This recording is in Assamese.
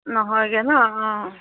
নহয়গে ন অঁ